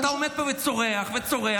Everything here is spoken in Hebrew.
אתה עומד פה וצורח וצורח,